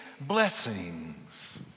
blessings